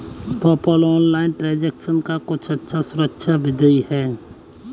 PayPal online transaction का अच्छा और सुरक्षित विधि है